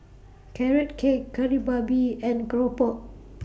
Carrot Cake Kari Babi and Keropok